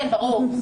כן, ברור.